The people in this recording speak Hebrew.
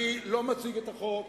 אני לא מציג את החוק.